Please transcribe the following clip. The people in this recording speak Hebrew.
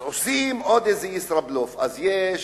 אז עושים עוד איזה ישראבלוף, אז יש